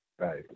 right